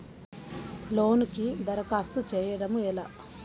లోనుకి దరఖాస్తు చేయడము ఎలా?